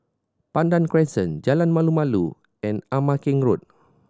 Pandan Crescent Jalan Malu Malu and Ama Keng Road